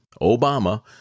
Obama